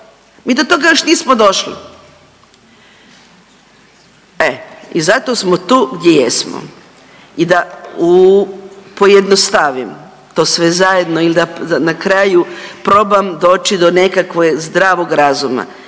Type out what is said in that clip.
Mi do toga još nismo došli. E, i zato smo tu di jesmo i da u, pojednostavim. To sve zajedno ili da na kraju probam doći do nekakve zdravog razuma.